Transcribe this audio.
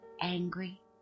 angry